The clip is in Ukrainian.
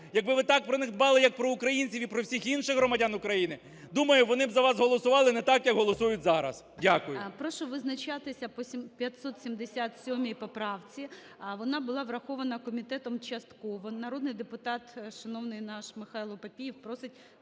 якби ви так про них дбали, як про українців і про всіх інших громадян України, думаю, вони б за вас голосували не так, як голосують зараз. Дякую.